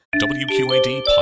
WQAD